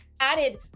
added